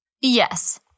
Yes